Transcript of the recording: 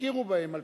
שהכירו בהן על-פי,